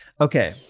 Okay